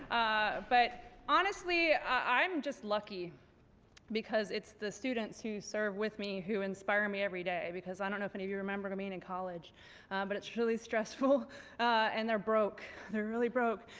ah but honestly i'm just lucky because it's the students who serve with me who inspire me every day because i don't know if any of you remembered being i mean in college but it's really stressful and they're broke. they're really broke.